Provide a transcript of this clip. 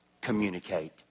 communicate